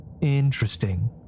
Interesting